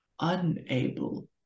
unable